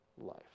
life